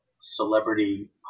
celebrity